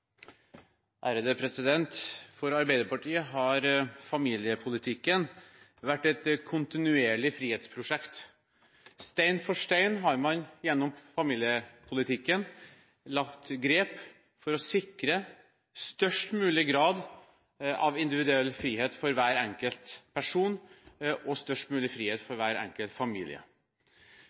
er over. For Arbeiderpartiet har familiepolitikken vært et kontinuerlig frihetsprosjekt. Stein for stein har man gjennom familiepolitikken tatt grep for å sikre størst mulig grad av individuell frihet for hver enkelt person og størst mulig frihet for hver enkelt familie.